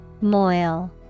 Moil